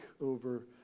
over